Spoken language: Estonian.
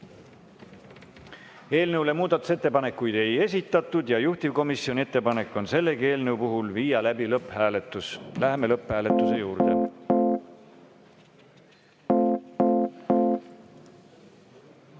Eelnõu kohta muudatusettepanekuid ei esitatud ja juhtivkomisjoni ettepanek on sellegi eelnõu puhul viia läbi lõpphääletus. Läheme lõpphääletuse